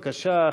בבקשה,